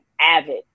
avid